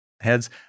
heads